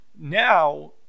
now